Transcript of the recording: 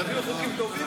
תביאו חוקים טובים,